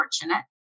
fortunate